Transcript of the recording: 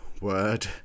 word